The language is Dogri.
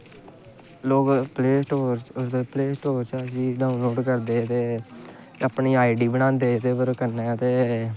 लोग प्लेस्टोर चा दा इस्सी डाउनलोड़ करदे दे ते अपनी आई डी बनांदे एह्दे पर कन्नै ते